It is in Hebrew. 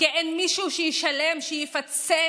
כי אין מישהו שישלם, שיפצה